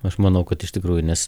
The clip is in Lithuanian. aš manau kad iš tikrųjų nes